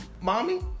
mommy